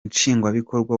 nshingwabikorwa